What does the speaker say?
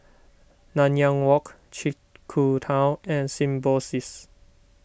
Nanyang Walk Chiku Tao and Symbiosis